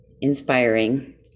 inspiring